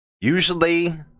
Usually